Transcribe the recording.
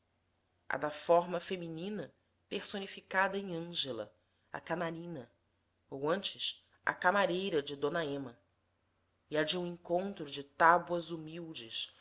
da forma feminina personificada em ângela a canarina ou antes a camareira de d ema e a de um encontro de tábuas humildes